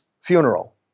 funeral